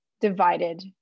divided